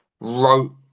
wrote